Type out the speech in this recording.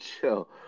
chill